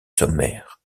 sommaire